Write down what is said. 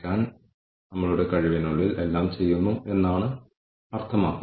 അതിനാൽ നമ്മുടെ പക്കലുള്ളതെല്ലാം നമ്മൾ പട്ടികപ്പെടുത്തുന്നു